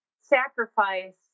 sacrifice